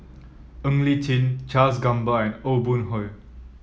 Ng Li Chin Charles Gamba and Aw Boon Haw